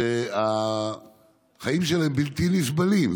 והחיים שלהם בלתי נסבלים.